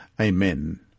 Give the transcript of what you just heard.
amen